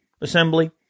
assembly